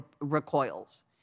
recoils